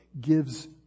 gives